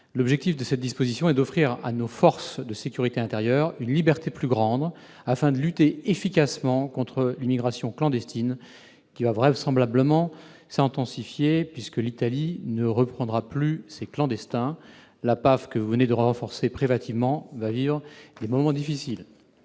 L'objectif est d'offrir à nos forces de sécurité intérieure une liberté plus grande, afin de lutter efficacement contre l'immigration clandestine, qui va vraisemblablement s'intensifier, puisque l'Italie ne reprendra plus ses clandestins. La police aux frontières, que le Gouvernement vient de renforcer préventivement, va vivre des moments difficiles